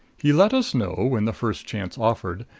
he let us know, when the first chance offered,